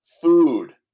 food